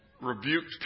rebuked